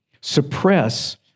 suppress